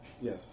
yes